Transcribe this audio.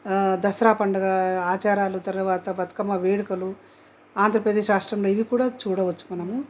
దసరా పండగ ఆచారాలు తరవాత బతుకమ్మ వేడుకలు ఆంధ్రప్రదేశ్ రాష్ట్రంలో ఇది కూడా చూడవచ్చు మనము